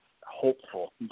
hopeful